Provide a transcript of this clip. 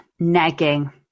negging